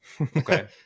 Okay